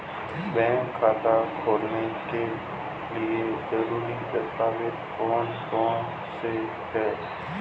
Bank खाता खोलने के लिए ज़रूरी दस्तावेज़ कौन कौनसे हैं?